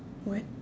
what